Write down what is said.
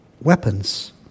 weapons